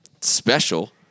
special